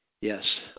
yes